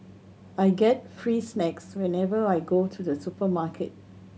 I get free snacks whenever I go to the supermarket